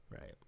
Right